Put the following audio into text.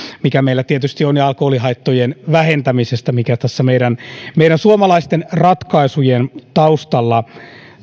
mikä meillä tietysti on ja alkoholihaittojen vähentämisestä mikä tässä meidän meidän suomalaisten ratkaisujen taustalla